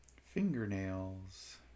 Fingernails